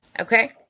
okay